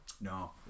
No